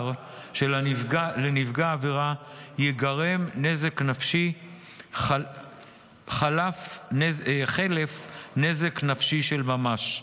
שלנפגע העבירה ייגרם נזק נפשי חלף "נזק נפשי של ממש".